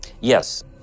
yes